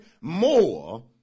more